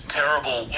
terrible